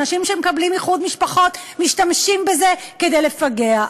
אנשים שמקבלים איחוד משפחות משתמשים בזה כדי לפגע.